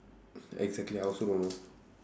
exactly I also don't know